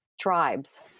tribes